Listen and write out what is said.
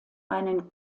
einen